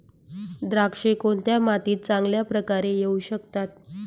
द्राक्षे कोणत्या मातीत चांगल्या प्रकारे येऊ शकतात?